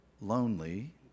lonely